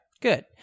good